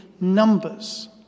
numbers